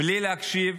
בלי להקשיב.